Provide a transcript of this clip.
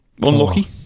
Unlucky